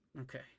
Okay